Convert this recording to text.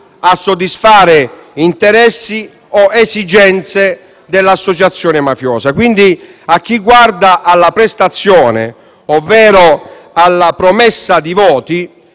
a soddisfare interessi o esigenze dell'associazione mafiosa. Quindi, a chi guarda alla prestazione, ovvero alla promessa di voti,